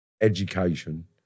education